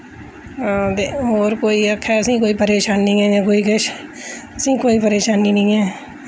हां ते होर कोई आखै असें ई कोई परेशानी ऐ जां कोई किश असें ई कोई परेशानी नेईं ऐ